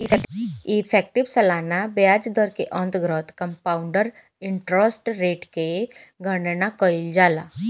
effective सालाना ब्याज दर के अंतर्गत कंपाउंड इंटरेस्ट रेट के गणना कईल जाला